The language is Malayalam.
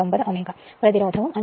9 Ω പ്രതിരോധവും 5